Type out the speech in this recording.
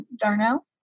Darnell